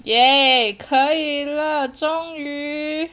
!yay! 可以了终于